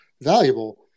valuable